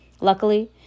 Luckily